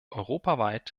europaweit